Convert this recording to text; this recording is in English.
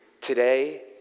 Today